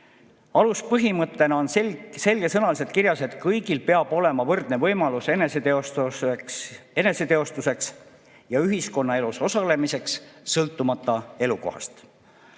Aluspõhimõttena on selgesõnaliselt kirjas, et kõigil peab olema võrdne võimalus eneseteostuseks ja ühiskonnaelus osalemiseks, sõltumata elukohast.